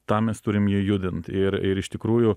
tą mes turim judinti ir ir iš tikrųjų